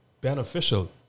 beneficial